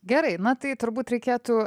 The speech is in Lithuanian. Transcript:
gerai na tai turbūt reikėtų